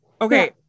okay